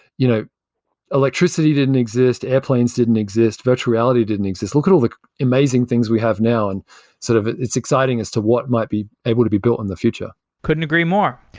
you know electricity didn't exist, airplanes didn't exist, virtual reality didn't exist. look at all the amazing things we have now and sort of it's exciting as to what might be able to be built in the future couldn't agree more.